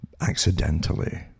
accidentally